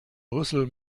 rüssel